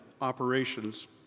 operations